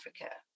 Africa